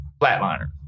Flatliner